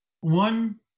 One